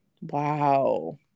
wow